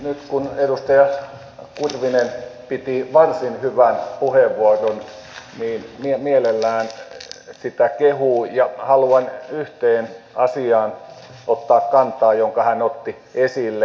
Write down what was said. nyt kun edustaja kurvinen piti varsin hyvän puheenvuoron mielellään sitä kehuu ja haluan ottaa kantaa yhteen asiaan jonka hän otti esille